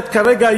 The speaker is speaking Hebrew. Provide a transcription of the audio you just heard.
ואת כרגע,